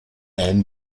ein